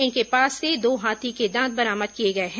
इनके पास से दो हाथी दांत बरामद किए गए हैं